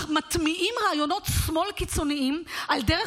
מטמיעים רעיונות שמאל קיצוניים על דרך